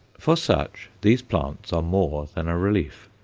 for such these plants are more than a relief.